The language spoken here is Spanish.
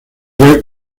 jack